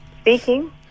Speaking